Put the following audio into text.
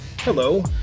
Hello